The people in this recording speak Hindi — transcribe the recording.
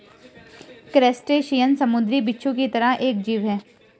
क्रस्टेशियन समुंद्री बिच्छू की तरह एक जीव है